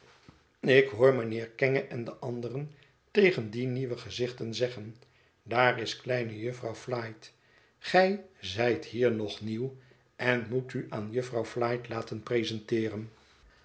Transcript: ik hoor mijnheer kenge en de anderen tegen die nieuwe gezichten zeggen daar is kleine jufvrouw flite gij zijt hier nog nieuw en moet u aan jufvrouw flite laten presenteeren